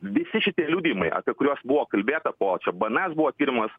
visi šitie liudijimai apie kuriuos buvo kalbėta po čia bns buvo tyrimas